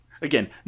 Again